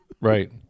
Right